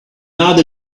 not